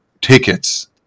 tickets